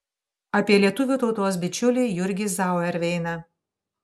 apie lietuvių tautos bičiulį jurgį zauerveiną